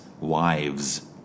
wives